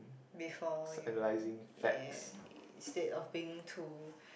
before you uh instead of being too